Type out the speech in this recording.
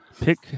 pick